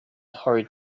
hurried